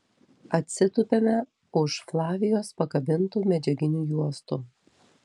atsitupiame už flavijos pakabintų medžiaginių juostų